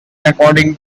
according